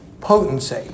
potency